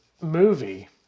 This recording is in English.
movie